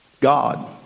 God